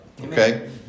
Okay